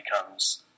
becomes